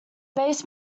base